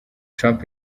trump